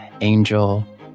Angel